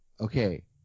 Okay